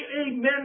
amen